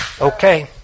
Okay